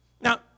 Now